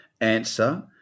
answer